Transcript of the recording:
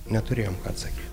neturėjom ką atsakyti